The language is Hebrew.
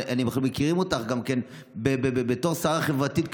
ואנחנו מכירים אותך גם בתור שרה חברתית,